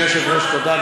אדוני היושב-ראש, תודה.